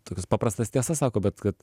tokias paprastas tiesas sako bet kad